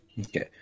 Okay